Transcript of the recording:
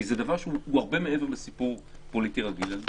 כי זה דבר שהוא הרבה מעבר לסיפור פוליטי רגיל על ביטול.